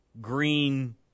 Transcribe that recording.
green